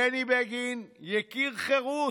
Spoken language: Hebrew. בני בגין, יקיר חרות,